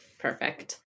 perfect